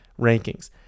rankings